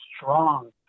strong